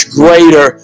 greater